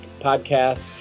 podcast